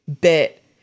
bit